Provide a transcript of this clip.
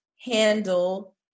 handle